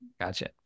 gotcha